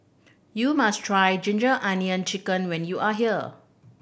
you must try ginger onion chicken when you are here